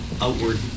outward